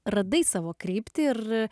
radai savo kryptį ir